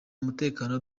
mutekano